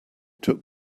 took